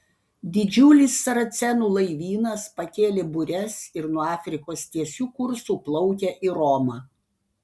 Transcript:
didžiulis saracėnų laivynas pakėlė bures ir nuo afrikos tiesiu kursu plaukia į romą